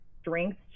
strength